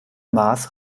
maas